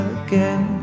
again